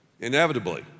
Inevitably